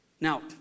Now